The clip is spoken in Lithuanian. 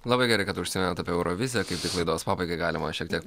labai gerai kad užsiminėt apie euroviziją kaip laidos pabaigai galima šiek tiek